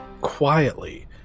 quietly